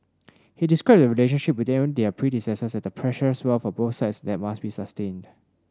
he described the relationship between their predecessors as the precious wealth of both sides that must be sustained